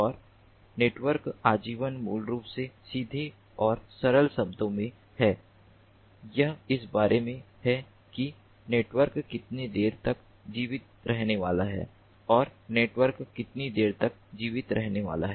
और नेटवर्क आजीवन मूल रूप से सीधे और सरल शब्दों में है यह इस बारे में है कि नेटवर्क कितनी देर तक जीवित रहने वाला है और नेटवर्क कितनी देर तक जीवित रहने वाला है